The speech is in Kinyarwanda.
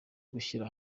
gushyira